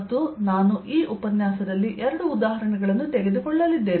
ಮತ್ತು ನಾನು ಈ ಉಪನ್ಯಾಸದಲ್ಲಿ ಎರಡು ಉದಾಹರಣೆಗಳನ್ನು ತೆಗೆದುಕೊಳ್ಳಲಿದ್ದೇನೆ